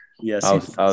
Yes